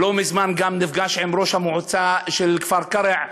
לא מזמן גם נפגש עם ראש המועצה של כפר-קרע,